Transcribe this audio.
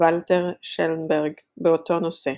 ולטר שלנברג, באותו נושא.